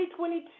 2022